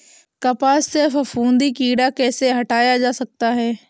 कपास से फफूंदी कीड़ा कैसे हटाया जा सकता है?